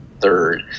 third